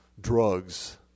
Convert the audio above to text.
drugs